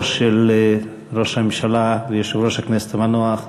של ראש הממשלה ויושב-ראש הכנסת המנוח,